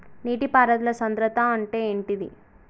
నీటి పారుదల సంద్రతా అంటే ఏంటిది?